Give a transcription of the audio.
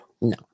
No